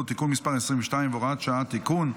(תיקון מס' 22 והוראת שעה) (תיקון),